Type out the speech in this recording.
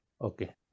Okay